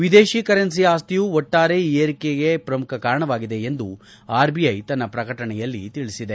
ವಿದೇಶಿ ಕರೆನ್ಸಿ ಆಸ್ತಿಯು ಒಟ್ಟಾರೆ ಈ ಏರಿಕೆಗೆ ಪ್ರಮುಖ ಕಾರಣವಾಗಿದೆ ಎಂದು ಆರ್ಬಿಐ ತನ್ನ ಪ್ರಕಟಣೆಯಲ್ಲಿ ತಿಳಿಸಿದೆ